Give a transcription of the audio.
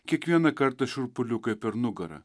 kiekvieną kartą šiurpuliukai per nugarą